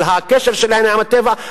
על הקשר שלהן עם הטבע,